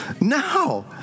No